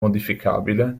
modificabile